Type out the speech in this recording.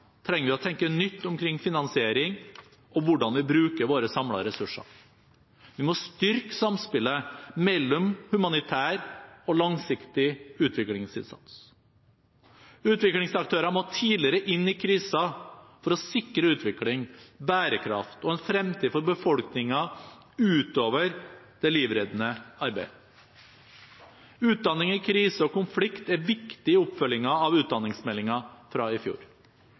trenger vi å tenke nytt omkring finansiering og hvordan vi bruker våre samlede ressurser. Vi må styrke samspillet mellom humanitær og langsiktig utviklingsinnsats. Utviklingsaktører må tidligere inn i kriser for å sikre utvikling, bærekraft og en fremtid for befolkningen ut over det livreddende arbeidet. Utdanning i krise og konflikt er viktig i oppfølgingen av utdanningsmeldingen fra i fjor.